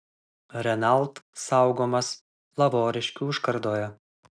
renault saugomas lavoriškių užkardoje